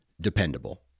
dependable